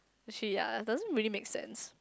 she ya doesn't really make sense